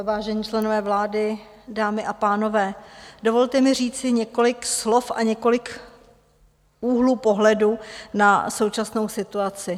Vážení členové vlády, dámy a pánové, dovolte mi říci několik slov a několik úhlů pohledu na současnou situaci.